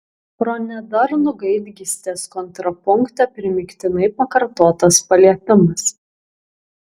pro nedarnų gaidgystės kontrapunktą primygtinai pakartotas paliepimas